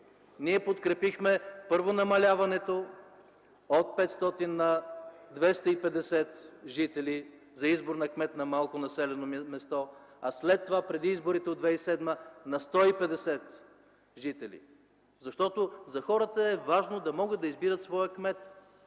Ние подкрепихме, първо, намаляването от 500 на 250 жители за избор на кмет на малко населено място, а след това, преди изборите от 2007 г., - на 150 жители. Защото за хората е важно да могат да избират своя кмет.